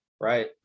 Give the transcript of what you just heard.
right